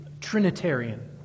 Trinitarian